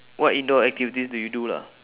what indoor activities do you do lah